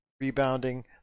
rebounding